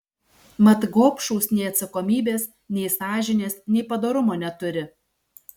mat gobšūs nei atsakomybės nei sąžinės nei padorumo neturi